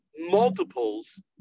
multiples